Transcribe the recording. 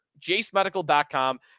JaceMedical.com